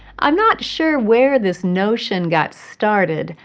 i'm not sure where this notion got started,